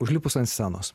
užlipus ant scenos